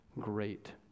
great